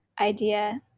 idea